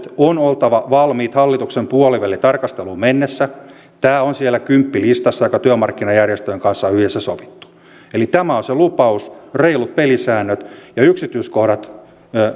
on oltava valmiit hallituksen puolivälitarkasteluun mennessä tämä on siellä kymppilistassa joka työmarkkinajärjestöjen kanssa on yhdessä sovittu eli tämä on se lupaus reilut pelisäännöt ja yksityiskohdat